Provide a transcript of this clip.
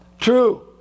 true